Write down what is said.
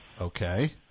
Okay